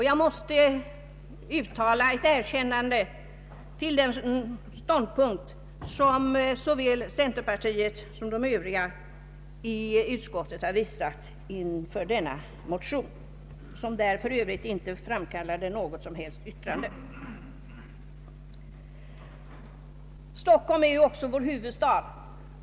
Jag måste uttala ett erkännande för den ståndpunkt som såväl centerpartiets representanter som de övriga ledamöterna i utskottet intagit till denna motion, som där för övrigt inte framkallade något som helst yttrande. Stockholm är också vår huvudstad.